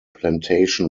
plantation